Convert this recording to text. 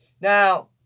Now